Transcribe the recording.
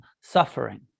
suffering